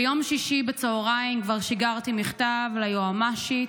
ביום שישי בצוהריים כבר שיגרתי מכתב ליועמ"שית,